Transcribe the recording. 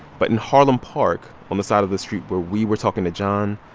but in harlem park, on the side of the street where we were talking to john,